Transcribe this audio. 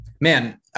man